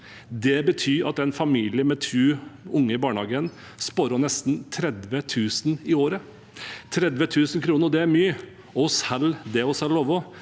Det betyr at en familie med to unger i barnehagen sparer nesten 30 000 kr i året. 30 000 kr er mye. Vi holder det vi